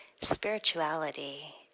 spirituality